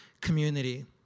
community